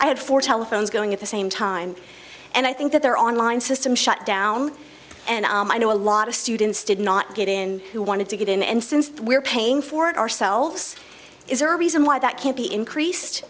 i had four telephones going at the same time and i think that their online system shut down and i know a lot of students did not get in who wanted to get in and since we're paying for it ourselves is there a reason why that can't be increased